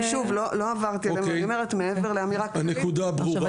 אוקי הנקודה ברורה.